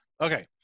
Okay